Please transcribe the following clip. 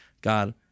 God